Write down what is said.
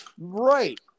Right